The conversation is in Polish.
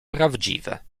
prawdziwe